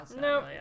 No